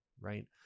right